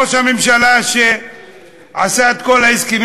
ראש הממשלה שעשה את כל ההסכמים